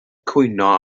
cwyno